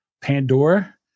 pandora